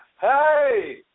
Hey